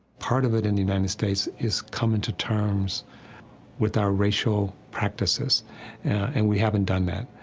part of it in the united states is coming to terms with our racial practices and we haven't done that.